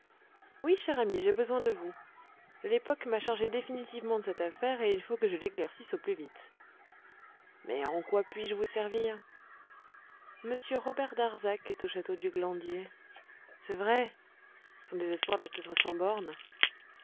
cher ami j'ai besoin de vous l'époque m'a chargé définitivement de cette affaire et il faut que je l'éclaircisse au plus vite mais en quoi puis-je vous servir m robert darzac est au château du glandier c'est vrai son désespoir doit être sans bornes